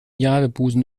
jadebusen